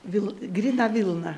vil gryna vilna